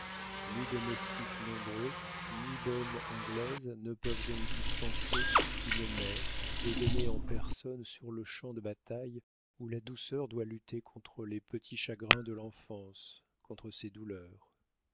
ni domestiques nombreux ni bonne anglaise ne peuvent donc dispenser une mère de donner en personne sur le champ de bataille où la douceur doit lutter contre les petits chagrins de l'enfance contre ses douleurs